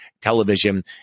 television